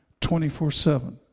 24-7